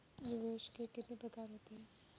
निवेश के कितने प्रकार होते हैं?